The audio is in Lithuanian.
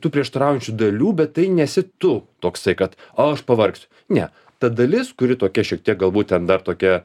tų prieštaraujančių dalių bet tai nesi tu toksai kad aš pavargsiu ne ta dalis kuri tokia šiek tiek galbūt ten dar tokia